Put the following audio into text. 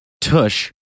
Tush